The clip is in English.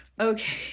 Okay